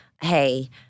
hey